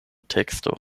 teksto